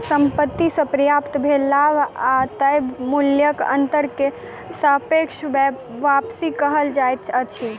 संपत्ति से प्राप्त भेल लाभ आ तय मूल्यक अंतर के सापेक्ष वापसी कहल जाइत अछि